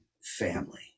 family